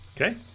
Okay